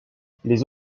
les